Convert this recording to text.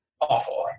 awful